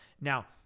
Now